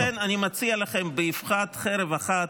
ולכן אני מציע לכם, באבחת חרב אחת,